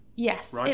Yes